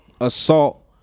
assault